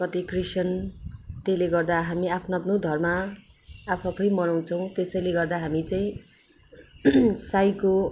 कति क्रिस्चियन त्यसले गर्दा हामी आफ्नो आफ्नो धर्म आफू आफै मनाउँछौँ त्यसैले गर्दा हामी चाहिँ साईको